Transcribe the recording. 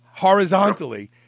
horizontally